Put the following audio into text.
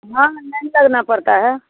हाँ लाइन लगाना पड़ता है